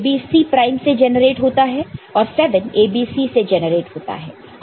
6 A B C prime से generate होता है और 7 A B C से जनरेट होता है